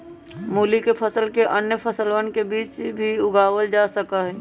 मूली के फसल के अन्य फसलवन के बीच भी उगावल जा सका हई